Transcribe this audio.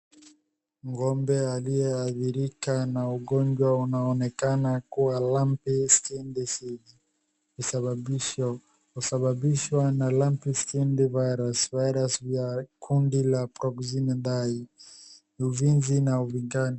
Ng'ombe aliyeadhirika na ugonjwa unaonekana kuwa lumpy skin disease , ukisababishwa na lumpy skin virus , virus vya kundi la proxine virus uzinzi na uvimbaji.